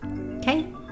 Okay